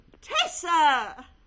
Tessa